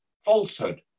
falsehood